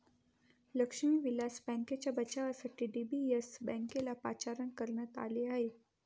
लक्ष्मी विलास बँकेच्या बचावासाठी डी.बी.एस बँकेला पाचारण करण्यात आले आहे